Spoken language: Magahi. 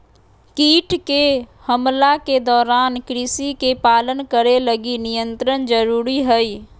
कीट के हमला के दौरान कृषि के पालन करे लगी नियंत्रण जरुरी हइ